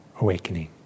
awakening